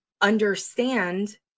understand